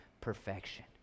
perfection